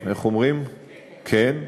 וכן,